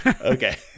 Okay